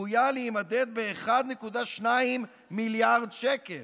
צפויה להימדד ב-1.2 מיליארד שקל.